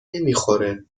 نمیخوره